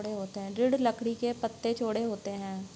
दृढ़ लकड़ी के पत्ते चौड़े होते हैं